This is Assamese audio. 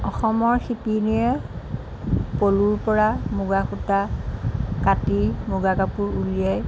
অসমৰ শিপিনীয়ে পলুৰ পৰা মুগা সূতা কাটি মুগা কাপোৰ উলিয়াই